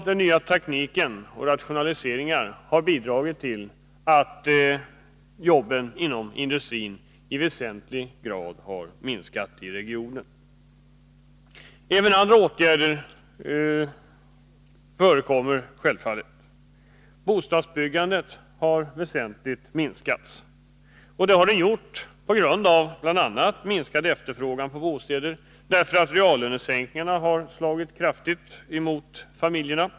Den nya tekniken och rationaliseringarna har också bidragit till att jobben inom industrin i väsentlig grad har minskat i regionen. Även andra saker förekommer självfallet. Bostadsbyggandet har väsentligt minskats, på grund av bl.a. minskad efterfrågan på bostäder därför att reallönesänkningarna kraftigt slagit mot familjerna.